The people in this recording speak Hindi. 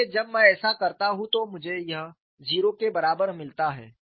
इसलिए जब मैं ऐसा करता हूं तो मुझे यह 0 के बराबर मिलता है